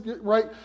right